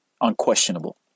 unquestionable